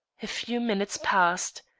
a few minutes passed.